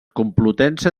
complutense